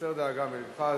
הסר דאגה מלבך.